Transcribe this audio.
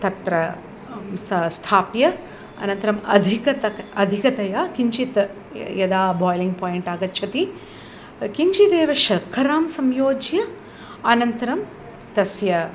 तत्र स् स्थाप्य अनन्तरम् अधिकं त अधिकतया किञ्चित् यदा बोइलिङ्ग् पोइण्ट् आगच्छति किञ्चिदेव शर्करां संयोज्य अनन्तरं तस्य